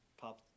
pop